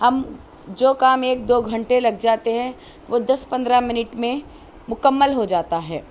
ہم جو کام ایک دو گھنٹے لگ جاتے ہیں وہ دس پندرہ منٹ میں مکمل ہو جاتا ہے